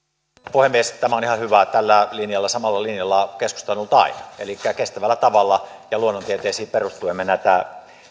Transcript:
puhemies tämä on ihan hyvä tällä samalla linjalla keskusta on ollut aina elikkä kestävällä tavalla ja luonnontieteisiin perustuen me näitä